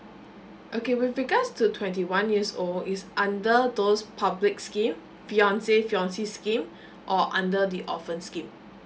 okay with regards to twenty one years old is under those public scheme fiancé fiancée scheme or under the orphan scheme